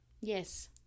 Yes